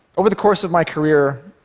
over the course of my career,